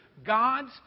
God's